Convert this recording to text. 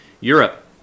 Europe